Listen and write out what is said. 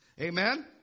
Amen